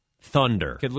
Thunder